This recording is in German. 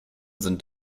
sind